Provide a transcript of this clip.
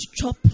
chop